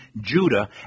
Judah